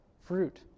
fruit